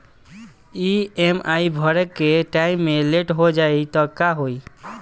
EMI भरे के time मे लेट हो जायी त का होई?